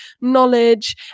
knowledge